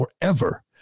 forever